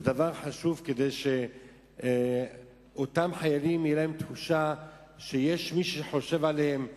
זה דבר חשוב כדי שאותם חיילים תהיה להם תחושה שיש מי שחושב עליהם ושאם,